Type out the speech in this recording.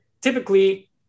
Typically